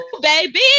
baby